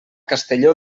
castelló